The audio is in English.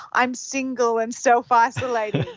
i'm single and self-isolating.